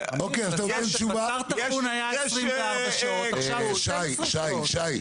יש --- היה 24 שעות ועכשיו 12 שעות,